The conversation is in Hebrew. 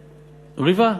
ריבה.